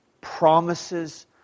promises